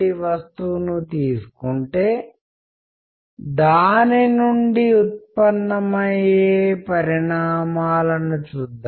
ఇప్పుడు మనకు ఉన్న పరిస్థితిలో సగటున రోజుకు కనీసం 50 నుండి 25 ఇమెయిల్లను స్వీకరించి వాటిలో కనీసం 10 15 కి ప్రతిస్పందిస్తూ ఉన్నాము